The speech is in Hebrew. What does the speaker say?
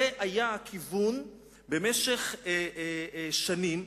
זה היה הכיוון במשך שנים.